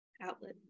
Outlet